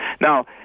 Now